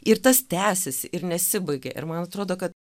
ir tas tęsiasi ir nesibaigia ir man atrodo kad